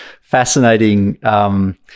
fascinating